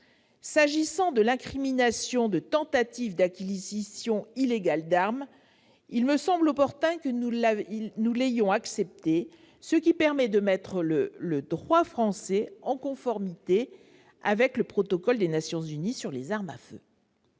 S'agissant de l'incrimination de tentative d'acquisition illégale d'armes, il me semble opportun que nous l'ayons acceptée, ce qui permet de mettre le droit français en conformité avec le protocole des Nations unies sur les armes à feu.